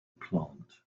plant